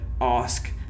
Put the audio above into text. ask